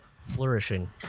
flourishing